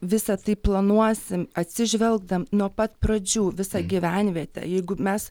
visa tai planuosim atsižvelgdam nuo pat pradžių visą gyvenvietę jeigu mes